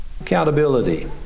Accountability